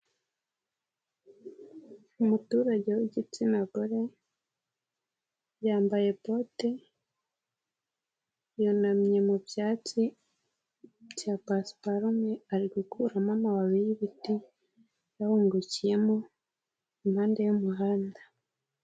Umuturage w'igitsina gore yambaye bote, yunamye mu byatsi bya pasiparume ari gukuramo amababi y'ibiti yahungukiyemo, impande y'umuhanda.